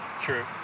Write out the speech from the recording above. True